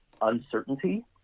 uncertainty